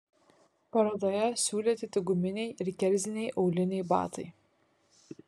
parodoje siūlyti tik guminiai ir kerziniai auliniai batai